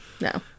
No